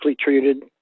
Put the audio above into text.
treated